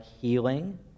healing